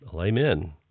amen